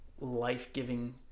life-giving